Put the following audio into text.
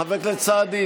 חבר הכנסת סעדי,